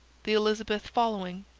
the elizabeth following,